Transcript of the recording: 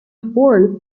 fourth